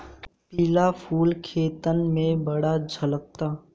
पिला फूल खेतन में बड़ झम्कता